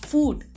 Food